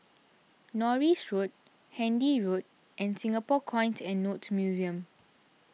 Norris Road Handy Road and Singapore Coins and Notes Museum